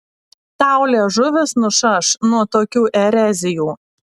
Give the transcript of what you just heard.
tau liežuvis nušaš nuo tokių erezijų